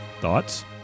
Thoughts